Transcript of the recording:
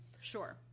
Sure